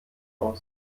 aus